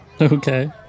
Okay